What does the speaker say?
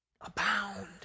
abound